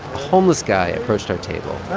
homeless guy approached our table